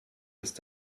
ist